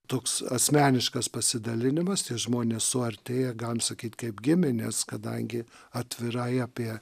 toks asmeniškas pasidalinimas tie žmonės suartėja galim sakyt kaip giminės kadangi atvirai apie